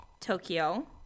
Tokyo